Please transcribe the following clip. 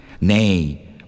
Nay